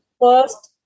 First